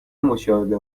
مشاهده